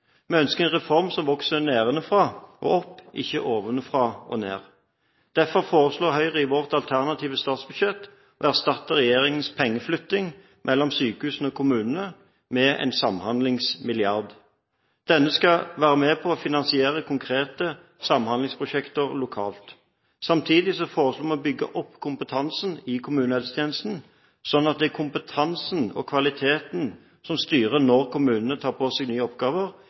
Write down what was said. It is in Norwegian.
Vi ønsker en reform som vokser nedenfra og opp, ikke ovenfra og ned. Derfor foreslår Høyre i sitt alternative statsbudsjett å erstatte regjeringens pengeflytting mellom sykehusene og kommunene med en samhandlingsmilliard. Denne skal være med på å finansiere konkrete samhandlingsprosjekter lokalt. Samtidig foreslår vi å bygge opp kompetansen i kommunehelsetjenesten, sånn at det er kompetansen og kvaliteten som styrer når kommunene tar på seg nye oppgaver,